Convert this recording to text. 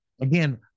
again